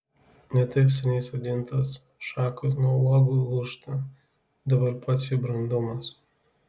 ne taip seniai sodintos šakos nuo uogų lūžta dabar pats jų brandumas